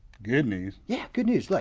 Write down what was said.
good news? yeah good news, like